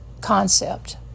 concept